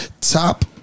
top